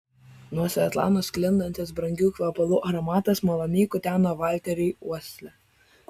nuo svetlanos sklindantis brangių kvepalų aromatas maloniai kuteno valteriui uoslę